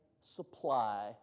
supply